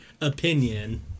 opinion